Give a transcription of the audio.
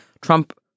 Trump